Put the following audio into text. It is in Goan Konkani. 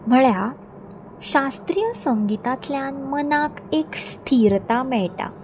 म्हळ्यार शास्त्रीय संगितांतल्यान मनाक एक स्थिरता मेळटा